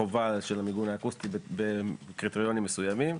החובה של המיגון האקוסטי בקריטריונים מסוימים,